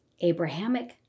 Abrahamic